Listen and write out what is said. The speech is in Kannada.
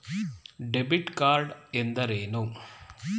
ಡೆಬಿಟ್ ಕಾರ್ಡ್ ಎಂದರೇನು?